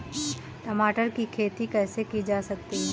टमाटर की खेती कैसे की जा सकती है?